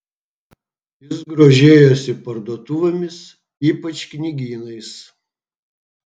jis grožėjosi parduotuvėmis ypač knygynais